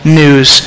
news